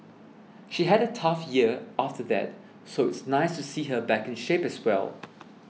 she had a tough year after that so it's nice to see her back in shape as well